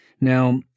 Now